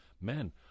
Men